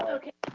okay.